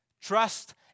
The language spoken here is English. Trust